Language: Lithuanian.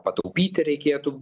pataupyti reikėtų